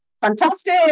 Fantastic